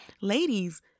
ladies